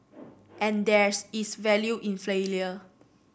and there's is value in failure